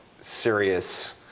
serious